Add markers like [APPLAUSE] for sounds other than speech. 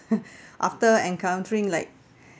[LAUGHS] after encountering like